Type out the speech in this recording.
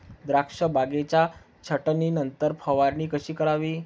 द्राक्ष बागेच्या छाटणीनंतर फवारणी कशी करावी?